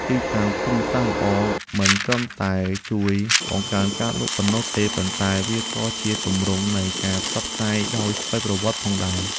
ទីតាំងភូមិសាស្ត្រល្អមិនត្រឹមតែជួយបង្កើនការលក់ប៉ុណ្ណោះទេ ប៉ុន្តែវាក៏ជាទម្រង់នៃការផ្សព្វផ្សាយដោយស្វ័យប្រវត្តិផងដែរ។